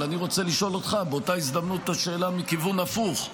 אבל אני רוצה לשאול אותך באותה הזדמנות את השאלה מכיוון הפוך: